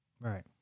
Right